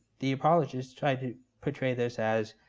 the apologists tried to portray this as,